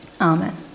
Amen